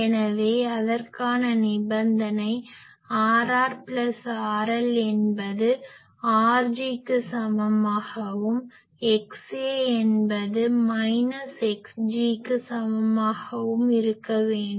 எனவே அதற்கான நிபந்தனை Rr RL என்பது Rgக்கு சமமாகவும் XA என்பது Xgக்கு சமமாகவும் இருக்க வேண்டும்